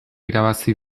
irabazi